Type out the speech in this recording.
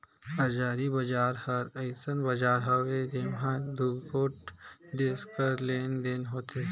हाजरी बजार हर अइसन बजार हवे जेम्हां दुगोट देस कर लेन देन होथे